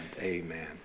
amen